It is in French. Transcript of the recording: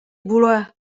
bois